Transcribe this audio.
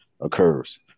occurs